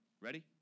Ready